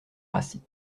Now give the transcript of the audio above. rassis